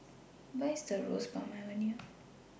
Where IS Roseburn Avenue